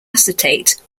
acetate